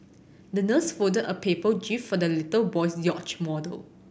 the nurse folded a paper jib for the little boy's yacht model